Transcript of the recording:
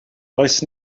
does